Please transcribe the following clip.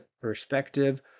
perspective